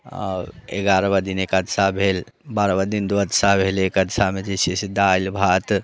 आओर एगारहमा दिन एकादशा भेल बारहमा दिन द्वादशा भेल एकादशामे जे छै से दालि भात